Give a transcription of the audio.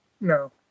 No